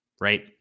right